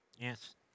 Yes